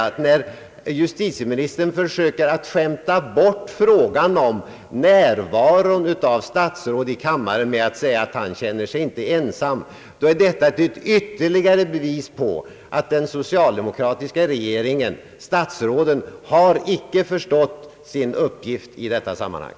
Men när justitieministern försöker skämta bort frågan om statsrådens närvaro i kammaren med att säga att han inte känner sig ensam, då är det ett ytterligare bevis för att de socialdemokratiska statsråden icke förstått sin uppgift i detta sammanhang.